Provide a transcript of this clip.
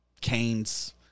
Canes